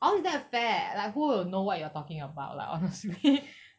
how is that fair like who will know what you are talking about like honestly